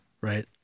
Right